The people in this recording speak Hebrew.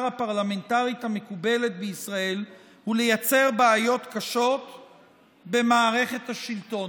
הפרלמנטרית המקובלת בישראל ולייצר בעיות קשות במערכת השלטון.